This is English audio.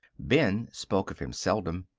ben spoke of him seldom,